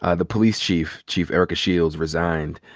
ah the police chief, chief erika shields, resigned,